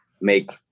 make